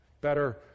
Better